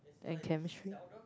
and chemistry